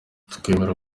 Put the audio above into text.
twemera